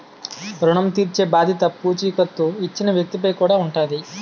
ఋణం తీర్చేబాధ్యత పూచీకత్తు ఇచ్చిన వ్యక్తి పై కూడా ఉంటాది